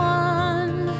one